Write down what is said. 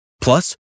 Plus